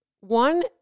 one